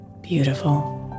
beautiful